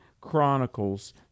Chronicles